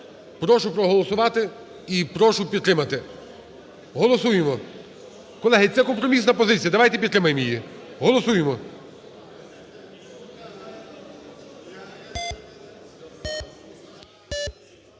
Прошу проголосувати і прошу підтримати. Голосуємо. Колеги, це компромісна позиція, давайте підтримаємо її. Голосуємо.